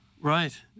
Right